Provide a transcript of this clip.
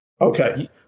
okay